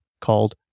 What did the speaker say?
called